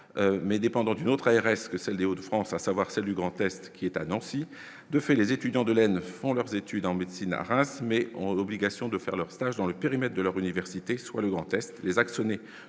mais dépendant d'une autre RS que celle des routes de France, à savoir celle du grand test qui est à Nancy, de fait, les étudiants de laine font leurs études en médecine à Reims, mais on l'obligation de faire leur stage dans le périmètre de leur université soit le grand test, les actionnaires